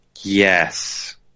yes